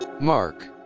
Mark